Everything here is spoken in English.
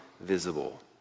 visible